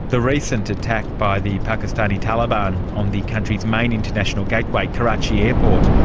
the recent attack by the pakistani taleban on the country's main international gateway, karachi airport,